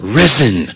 risen